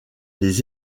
les